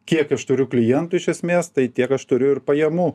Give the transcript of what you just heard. kiek aš turiu klientų iš esmės tai tiek aš turiu ir pajamų